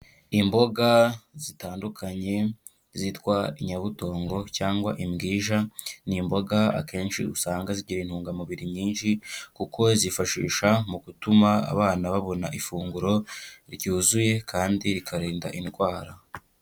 Imboga zitandukanye zitwa inyabutongo cyangwa imbwija, ni imboga akenshi usanga zigira intungamubiri nyinshi kuko zifashisha mu gutuma abana babona ifunguro ryuzuye kandi rikarinda indwara.